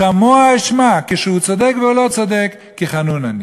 "שמע אשמע", כשהוא צודק ולא צודק, "כי חנון אני".